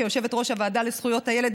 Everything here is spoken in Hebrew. כיושבת-ראש הוועדה לזכויות הילד,